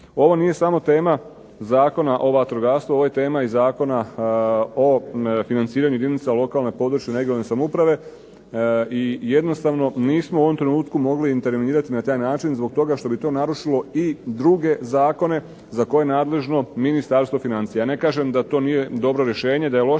Ovo nije samo tema Zakona o vatrogastvu, ovo je tema Zakona o financiranju jedinica lokalne, područne, regionalne samouprave. I jednostavno nismo u ovom trenutku mogli intervenirati na taj način zbog toga što bi to narušilo i druge Zakone za koje je nadležno Ministarstvo financija. Ne kažem da to nije dobro rješenje to je dobro,